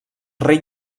rei